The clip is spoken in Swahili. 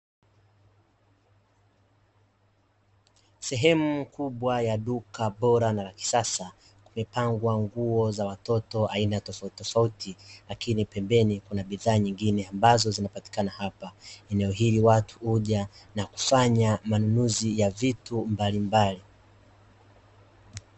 Sehemu kubwa ya duka bora na la kisasa, kumepangwa nguo za watoto aina tofautitofauti, lakini pembeni kuna bidhaa nyingine ambazo zinapatikana hapa. Eneo hili watu huja na kufanya manunuzi ya vitu mbalimbali.